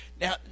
Now